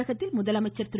தமிழகத்தில் முதலமைச்சர் திரு